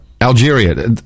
Algeria